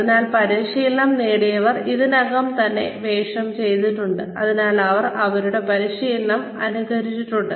അതിനാൽ പരിശീലനം നേടിയവർ ഇതിനകം തന്നെ വേഷം ചെയ്തിട്ടുണ്ട് അല്ലെങ്കിൽ അവർ അവരുടെ പരിശീലനം അനുകരിച്ചിട്ടുണ്ട്